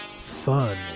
fun